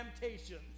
temptations